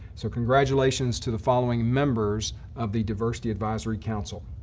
so congratulations to the following members of the diversity advisory council.